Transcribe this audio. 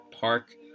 park